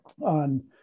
on